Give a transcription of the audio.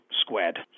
squared